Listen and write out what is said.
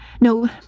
No